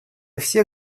все